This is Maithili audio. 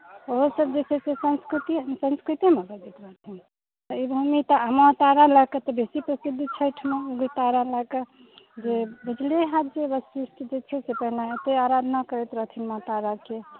ओहो सभ जे छै से संस्कृतेमे बजैत रहथिन आ माँ तारा लय कए तऽ बेसी प्रसिद्ध छथि उग्रतारा लय कए जे बुझले हैत जे वशिष्ठ जे छै से माँके एतेक आराधना करैत रहथिन जे माँ ताराके